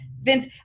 Vince